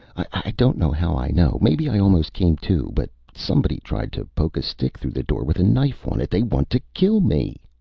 i don't know how i know maybe i almost came to but somebody tried to poke a stick through the door with a knife on it. they want to kill me.